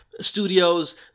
studios